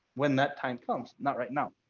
when that time comes not right now.